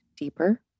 deeper